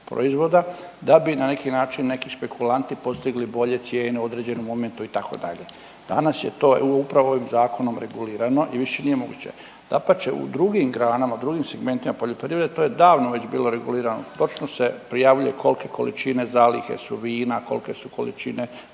proizvoda da bi na neki način neki špekulanti postigli bolje cijene u određenom momentu itd. danas je to upravo ovim zakonom regulirano i više nije moguće. Dapače u drugim granama drugim segmentima poljoprivrede to je davno već bilo regulirano, točno se prijavljuje kolke količine zalihe su vina, kolke su količine